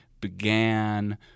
began